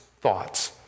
thoughts